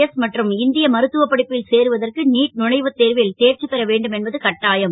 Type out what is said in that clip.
S மற்றும் இந் ய மருத்துவப் படிப்பில் சேருவதற்கு நீட் நுழைவு தேர்வில் தேர்ச்சி பெற வேண்டும் என்பது கட்டாயம்